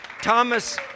Thomas